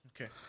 Okay